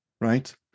right